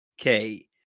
Okay